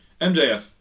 MJF